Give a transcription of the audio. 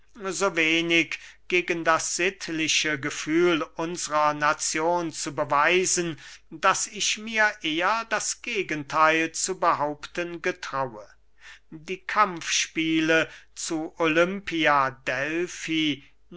so wenig gegen das sittliche gefühl unsrer nazion zu beweisen daß ich mir eher das gegentheil zu behaupten getraue die kampfspiele zu olympia delfi